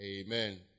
Amen